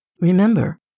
Remember